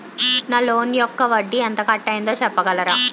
నా లోన్ యెక్క వడ్డీ ఎంత కట్ అయిందో చెప్పగలరా?